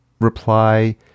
reply